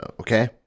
okay